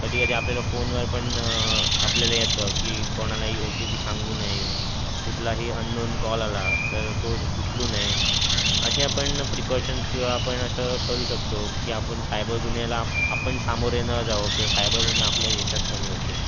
कधीकधी आपल्याला फोनवर पण आपल्याला येतं की कोणालाही ओ टी पी सांगू नये कुठलाही अननोन कॉल आला तर तोच उचलू नये असे आपण प्रिकॉशन्स किंवा आपण असं करू शकतो की आपण सायबर गुन्ह्याला आपण सामोरे न जाओ किंवा सायबर गुन्हे आपल्या देशात कमी होतील